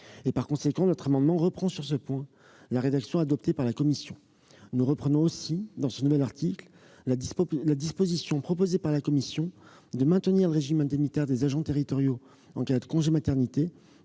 Par conséquent, il reprend sur ce point la rédaction adoptée par la commission. Il reprend également, dans ce nouvel article, la disposition proposée par la commission de maintenir le régime indemnitaire des agents territoriaux en cas de congé de maternité,